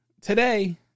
today